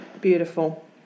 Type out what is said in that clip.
Beautiful